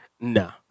No